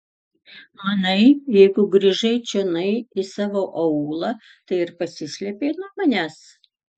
manai jeigu grįžai čionai į savo aūlą tai ir pasislėpei nuo manęs